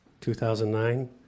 2009